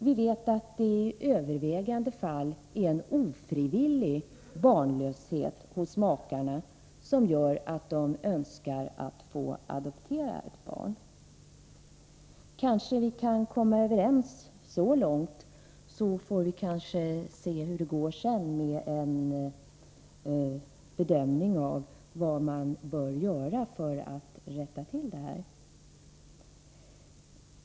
Vi vet att det i det övervägande antalet fall är en ofrivillig barnlöshet hos makarna som gör att de önskar få adoptera ett barn. Vi kanske kan komma överens så långt. Sedan får vi se hur det går med den bedömning av vad som kan göras för att rätta till detta.